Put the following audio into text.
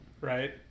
Right